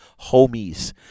homies